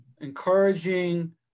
encouraging